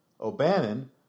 O'Bannon